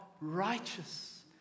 righteous